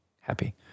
happy